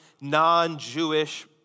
non-Jewish